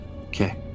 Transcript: Okay